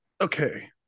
Okay